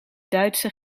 duitse